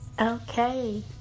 Okay